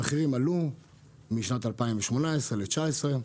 המחירים עלו בין שנת 2018 ל-2019,